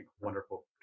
wonderful